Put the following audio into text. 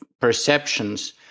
perceptions